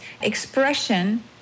expression